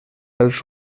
pels